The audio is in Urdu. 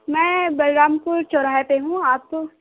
میں بلرام پور چوراہے پہ ہوں آپ کو